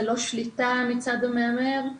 ללא שליטה מצד המהמר,